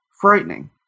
frightening